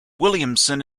williamson